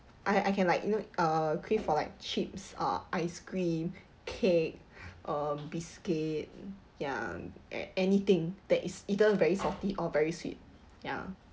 I I can like you know uh crave for like chips uh ice cream cake uh biscuit ya a~ anything that is either very salty or very sweet ya